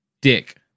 Dick